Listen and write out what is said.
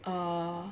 err